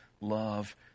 love